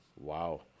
Wow